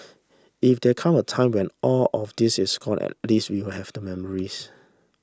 if there come a time when all of this is gone at least we will have the memories